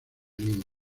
líneas